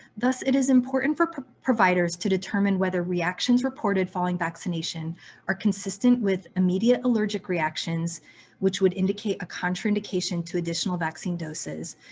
it is important for providers to determine whether reactions reported following vaccination are consistent with immediate allergic reactions which would indicate contraindication to additional vaccine doses,